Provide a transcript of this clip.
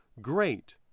great